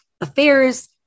affairs